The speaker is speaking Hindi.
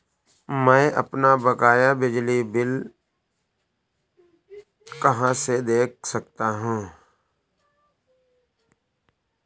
मैं अपना बकाया बिजली का बिल कहाँ से देख सकता हूँ?